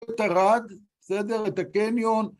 את ערד, בסדר? את הקניון.